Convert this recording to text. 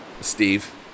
Steve